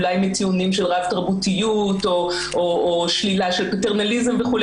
אולי מטיעונים של רב תרבותיות או שלילה של פטרנליזם וכו',